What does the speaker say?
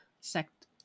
sect